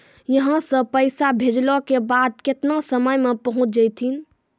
यहां सा पैसा भेजलो के बाद केतना समय मे पहुंच जैतीन?